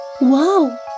Wow